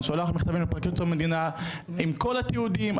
אני שולח מכתבים לפרקליטות המדינה עם כל התיעודים,